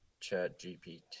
ChatGPT